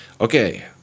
Okay